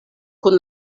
kun